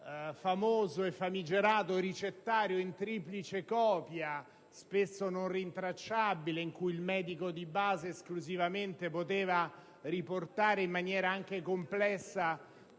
famoso e famigerato ricettario in triplice copia, spesso non rintracciabile, su cui il medico di base esclusivamente poteva riportare - in maniera anche complessa